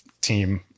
team